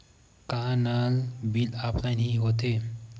का नल bill offline हि होथे?